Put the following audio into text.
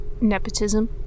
nepotism